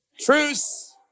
Truce